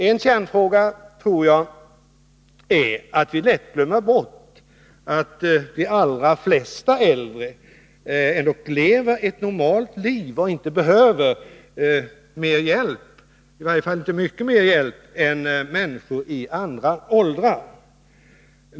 En kärnfråga tror jag är att vi måste komma ihåg att de allra flesta äldre ändock lever ett normalt liv och inte behöver särskilt mycket mer hjälp än människor i andra åldrar.